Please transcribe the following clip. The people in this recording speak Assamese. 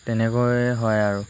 তেনেকৈয়ে হয় আৰু